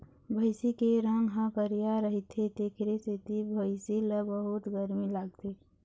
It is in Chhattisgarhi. भइसी के रंग ह करिया रहिथे तेखरे सेती भइसी ल बहुत गरमी लागथे